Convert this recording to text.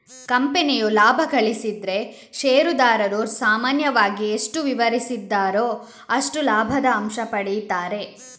ಕಂಪನಿಯು ಲಾಭ ಗಳಿಸಿದ್ರೆ ಷೇರುದಾರರು ಸಾಮಾನ್ಯವಾಗಿ ಎಷ್ಟು ವಿವರಿಸಿದ್ದಾರೋ ಅಷ್ಟು ಲಾಭದ ಅಂಶ ಪಡೀತಾರೆ